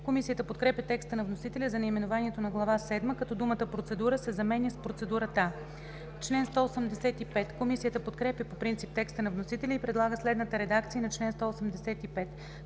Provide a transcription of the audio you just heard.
Комисията подкрепя текста на вносителя за наименованието на Глава седма, като думата “ процедура“ се заменя с “процедурата“. Комисията подкрепя по принцип текста на вносителя и предлага следната редакция на чл. 185: